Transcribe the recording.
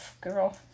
Girl